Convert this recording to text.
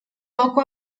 poco